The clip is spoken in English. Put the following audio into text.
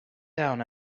down